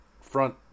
front